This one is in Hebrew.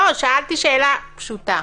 שאלתי שאלה פשוטה,